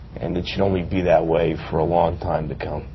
and it should only be that way for a long time to come.